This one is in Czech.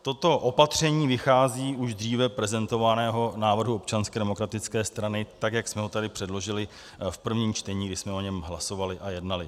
Toto opatření vychází z už dříve prezentovaného návrhu Občanské demokratické strany, tak jak jsme ho tady předložili v prvním čtení, když jsme o něm hlasovali a jednali.